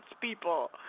people